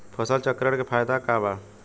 फसल चक्रण के फायदा का बा?